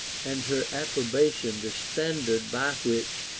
and her approbation the standard by which,